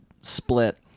split